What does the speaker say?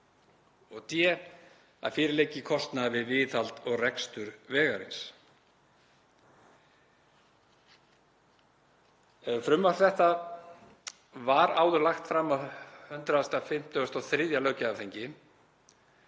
d. að fyrir liggi kostnaður við viðhald og rekstur vegarins.“ Frumvarp þetta var áður lagt fram á 153. löggjafarþingi